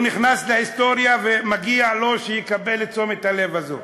הוא נכנס להיסטוריה ומגיע לו שיקבל את תשומת הלב הזאת.